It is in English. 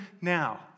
now